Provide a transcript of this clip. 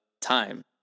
time